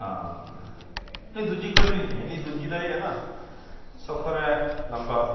ਹਾਂ ਨਹੀਂ ਦੂਜੀ ਗੱਡੀ ਨੀ ਚਾਹੀਦੀ ਦੂਜੀ ਦਾ ਇਹ ਹੈ ਨਾ ਸਫ਼ਰ ਹੈ ਲੰਬਾ